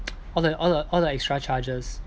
all the all the all the extra charges